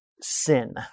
sin